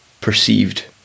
perceived